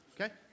Okay